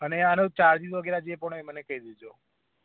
અને આનો ચાર્જીસ વગેરે જે પણ હોય એ મને કહી દેજો